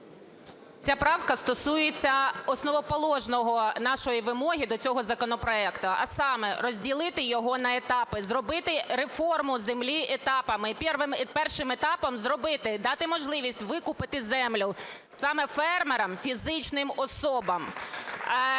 Ця правка стосується основоположної нашої вимоги до цього законопроекту, а саме: розділити його на етапи, зробити реформу землі етапами. І першим етапом зробити, дати можливість викупити землю саме фермерам - фізичним особам.